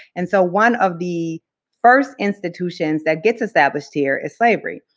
and so one of the first institutions that gets established here is slavery.